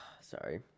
sorry